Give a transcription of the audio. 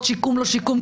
שיקום או לא שיקום,